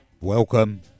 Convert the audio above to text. welcome